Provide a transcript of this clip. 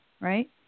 right